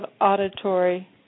auditory